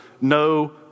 no